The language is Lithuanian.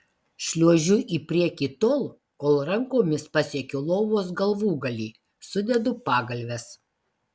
šliuožiu į priekį tol kol rankomis pasiekiu lovos galvūgalį sudedu pagalves